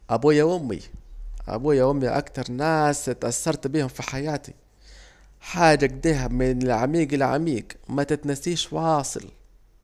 ابويا وامي، ابويا وامي اكتر ناس اتاسرت بيهم في حياتي، حاجة اكده من العميج متتنسيش واصل